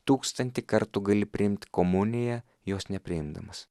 tūkstantį kartų gali priimt komuniją jos nepriimdamas